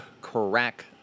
crack